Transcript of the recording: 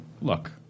Look